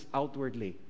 outwardly